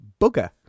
bugger